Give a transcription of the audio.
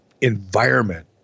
environment